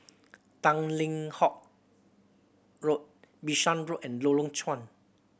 Tanglin Halt Road Bishan Road and Lorong Chuan